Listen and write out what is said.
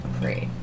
great